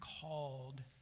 called